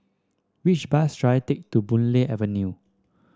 which bus should I take to Boon Lay Avenue